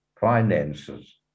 finances